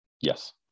Yes